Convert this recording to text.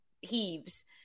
heaves